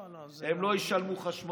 לא, לא, זה, הם לא ישלמו חשמל.